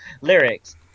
lyrics